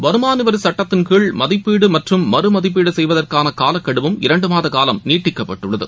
வருமானவரிசட்டத்தின்கீழ் மதிப்பீடுமற்றும் மதிப்பீடுசெய்வதற்கானகாலக்கெடுவும் அதேசமயம் மறு இரண்டுமாதகாலம் நீட்டிக்கப்பட்டுள்ளது